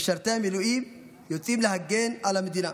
משרתי המילואים יוצאים להגן על המדינה.